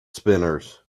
spinners